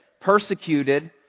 Persecuted